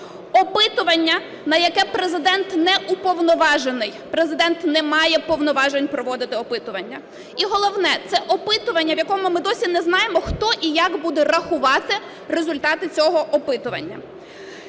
уповноважений, Президент не має повноважень проводити опитування. І головне - це опитування, в якому ми досі не знаємо, хто і як буде рахувати результати цього опитування.